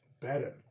better